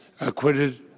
acquitted